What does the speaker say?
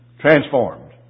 transformed